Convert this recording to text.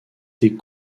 des